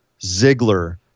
Ziggler